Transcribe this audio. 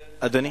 אדוני.